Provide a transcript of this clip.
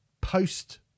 post